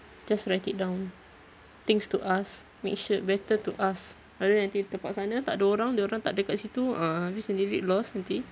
just write it down things to ask make should better to ask or rather nanti tempat sana takde orang dorang takde kat situ ah habis sendiri lost nanti